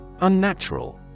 Unnatural